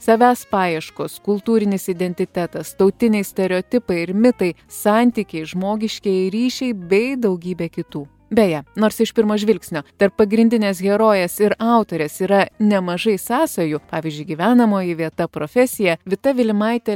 savęs paieškos kultūrinis identitetas tautiniai stereotipai ir mitai santykiai žmogiškieji ryšiai bei daugybė kitų beje nors iš pirmo žvilgsnio tarp pagrindinės herojės ir autorės yra nemažai sąsajų pavyzdžiui gyvenamoji vieta profesija vita vilimaitė